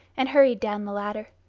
and hurried down the ladder.